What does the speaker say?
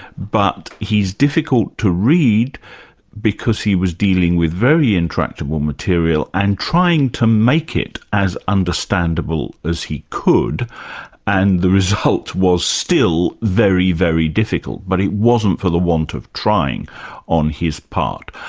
but he's difficult to read because he was dealing with very intractable material and trying to make it as understandable as he could and the result was still very, very difficult, but it wasn't for the want of trying on his part.